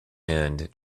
hand